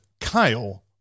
Kyle